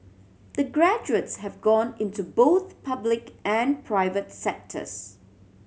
the graduates have gone into both public and private sectors